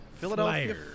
Philadelphia